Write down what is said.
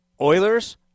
Oilers